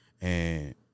and-